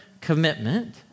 commitment